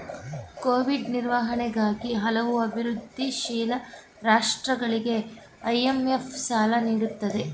Covid ನಿರ್ವಹಣೆಗಾಗಿ ಹಲವು ಅಭಿವೃದ್ಧಿಶೀಲ ರಾಷ್ಟ್ರಗಳಿಗೆ ಐ.ಎಂ.ಎಫ್ ಸಾಲ ನೀಡುತ್ತಿದೆ